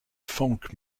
folk